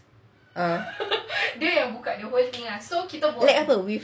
uh like apa with